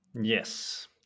Yes